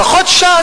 לפחות ש"ס,